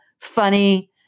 funny